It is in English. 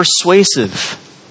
persuasive